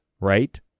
right